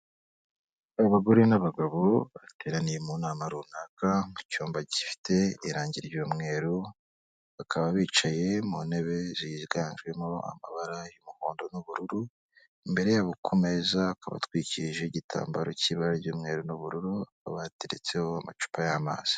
Abagore n'abagabo, bateraniye mu nama runaka, mu cyumba gifite irangi ry'umweru, bakaba bicaye mu ntebe ziganjemo amabara y'umuhondo, n'ubururu, imbere yabo ku meza hakaba hatwikirije igitambaro cy'ibara ry'umweru, n'ubururu, hakaba hateretseho amacupa y'amazi.